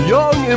Young